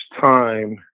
time